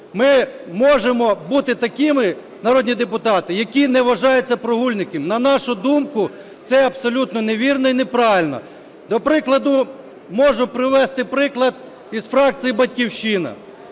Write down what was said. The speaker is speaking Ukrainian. ми можемо бути такими, народні депутати, які не вважаються прогульниками, на нашу думку, це абсолютно невірно і неправильно. До прикладу, можу привести приклад із фракції "Батьківщина",